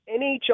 NHL